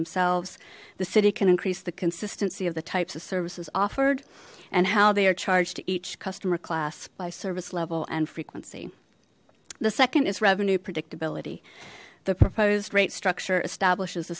themselves the city can increase the consistency of the types of services offered and how they are charged each customer class by service level and frequency the second is revenue predictability the proposed rate structure establishes a